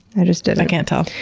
i just didn't. i can't tell.